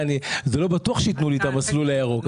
לא בטוח שייתנו לי את המסלול הירוק.